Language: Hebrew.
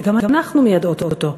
וגם אנחנו מיידעות אותו.